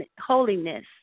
holiness